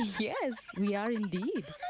yes! we are, indeed!